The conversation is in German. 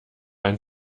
ein